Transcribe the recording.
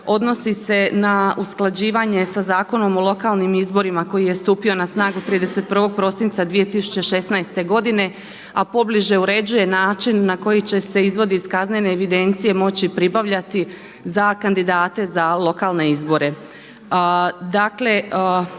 odnosi se na usklađivanje sa Zakonom o lokalnim izborima koji je stupio na snagu 31.12.2016. godine, a pobliže uređuje način na koji će se izvod iz kaznene evidencije moći pribavljati za kandidate za lokalne izbore.